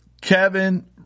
Kevin